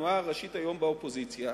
התנועה הראשית היום באופוזיציה,